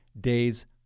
Days